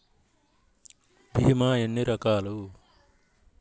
భీమ ఎన్ని రకాలు?